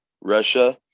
Russia